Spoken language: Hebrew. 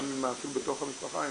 גם בתוך המשפחה,